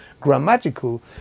grammatical